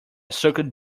cycled